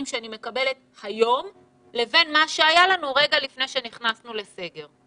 שאני מקבלת היום לבין מה שהיה לנו רגע לפני שנכנסנו לסגר.